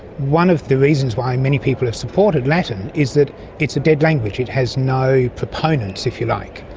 one of the reasons why many people have supported latin is that it's a dead language, it has no proponents, if you like,